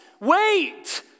wait